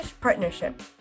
partnership